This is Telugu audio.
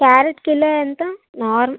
క్యారెట్ కిలో ఎంతా నారు